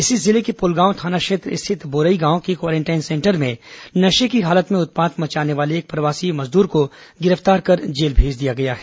इसी जिले के पुलगांव थाना क्षेत्र स्थित बोरई गांव के क्वारेंटाइन सेंटर में नशे की हालत में उत्पात मचाने वाले एक प्रवासी श्रमिक को गिरफ्तार कर जेल भेज दिया गया है